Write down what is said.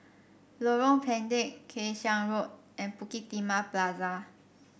Lorong Pendek Kay Siang Road and Bukit Timah Plaza